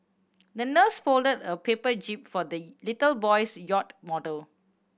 the nurse folded a paper jib for the little boy's yacht model